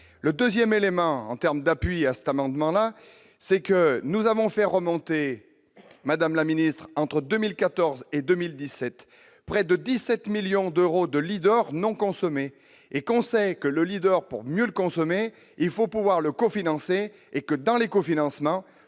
le 2ème élément, en terme d'appui à cet amendement-là c'est que nous avons fait remonter madame la Ministre, entre 2014 et 2017 près de 17 millions d'euros de leaders non consommés et quand on sait que le leader pour mieux consommer, il faut pouvoir le co-cofinancer et que dans les cofinancements